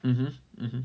mmhmm mmhmm